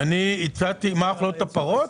מה אוכלות הפרות?